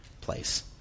place